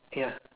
ya